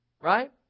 Right